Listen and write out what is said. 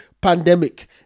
pandemic